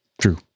True